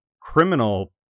criminal